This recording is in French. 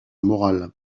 morale